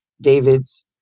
David's